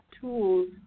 tools